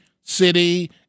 city